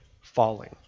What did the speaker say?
falling